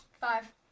Five